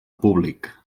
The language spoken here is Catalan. públic